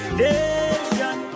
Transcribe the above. nation